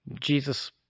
Jesus